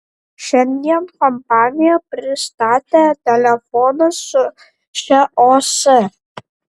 šiandien kompanija pristatė telefonus su šia os